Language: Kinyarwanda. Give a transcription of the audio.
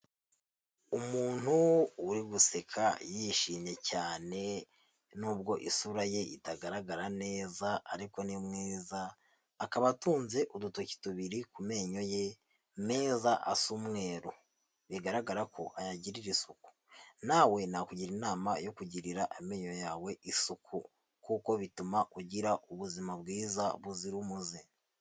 Umuntu uri guseka yishimye cyane, nubwo isura ye itagaragara neza ariko ni mwiza, akaba atunze udutoki tubiri ku menyo ye meza asa umweru, bigaragara ko ayagirira isuku. Nawe nakugira inama yo kugirira amenyo yawe isuku kuko bituma ugira ubuzima bwiza buzira umuze.